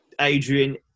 Adrian